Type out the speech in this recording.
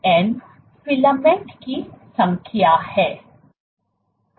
तो n filament की संख्या है